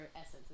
essence